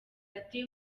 ati